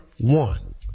one